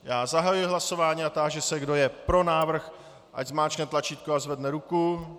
Já zahajuji hlasování a táži se, kdo je pro návrh, ať zmáčkne tlačítko a zvedne ruku.